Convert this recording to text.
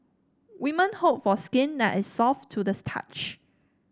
women hope for skin that is soft to the